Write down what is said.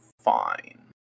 fine